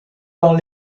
dans